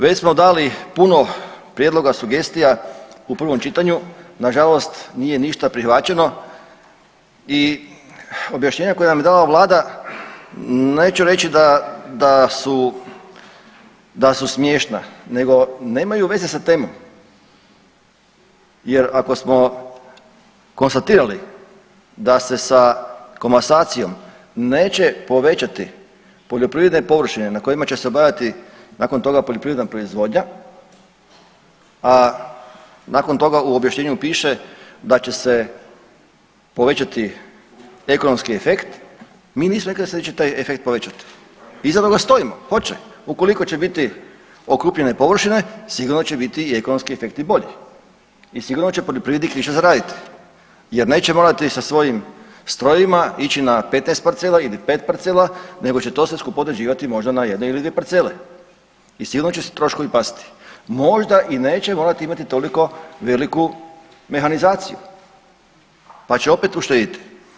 Već smo dali puno prijedloga i sugestija u prvom čitanju, nažalost nije ništa prihvaćeno i objašnjenja koje mi je dala vlada neću reći da, da su, da su smiješna nego nemaju veze sa temom jer ako smo konstatirali da se sa komasacijom neće povećati poljoprivredne površine na kojima će se obavljati nakon toga poljoprivredna proizvodnja, a nakon toga u objašnjenju piše da će se povećati ekonomski efekt, mi nismo rekli da se neće taj efekt povećati, iza toga stojimo hoće, ukoliko će biti okrupnjene površine sigurno će biti i ekonomski efekti bolji i sigurno će poljoprivrednik više zaraditi jer neće morati sa svojim strojevima ići na 15 parcela ili 5 parcela nego će to sve skupa određivati možda na jednoj ili dvije parcele i sigurno će troškovi pasti, možda i neće morati imati toliko veliku mehanizaciju, pa će opet uštediti.